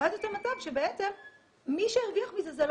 ואז יוצא מצב שבעצם מי שהרוויח מזה לא